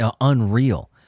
unreal